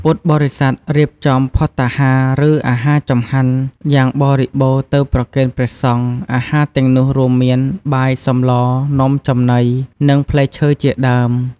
ពុទ្ធបរិស័ទរៀបចំភត្តាហារ ឬអាហារចង្ហាន់ យ៉ាងបរិបូណ៌ទៅប្រគេនព្រះសង្ឃ អាហារទាំងនោះរួមមានបាយ សម្ល នំចំណី និងផ្លែឈើជាដើម។